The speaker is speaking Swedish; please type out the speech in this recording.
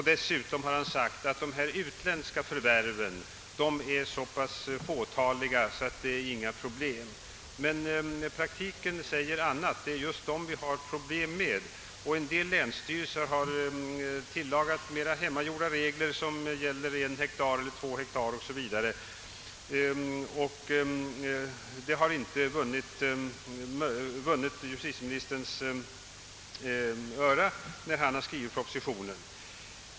Dessutom har han sagt att dessa utländska förvärv är så fåtaliga att de inte utgör något problem. Men praktiken visar att det är annorlunda. Det är just dessa utlänningar vi har problem med. En del länsstyrelser har tilllagat hemmagjorda regler som gäller för tomtstorlekar på ett par hektar, och detta har inte vunnit justitieministerns gillande när han skrivit propositionen.